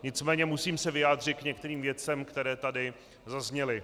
Nicméně se musím vyjádřit k některým věcem, které tady zazněly.